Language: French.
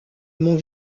mon